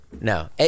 No